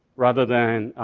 rather than